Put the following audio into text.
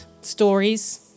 stories